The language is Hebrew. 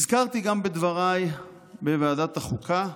הזכרתי גם בדבריי בוועדת החוקה,